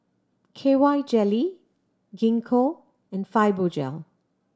K Y Jelly Gingko and Fibogel